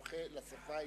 כמומחה לשפה העברית,